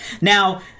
Now